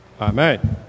Amen